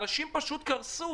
אנשים פשוט קרסו,